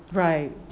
right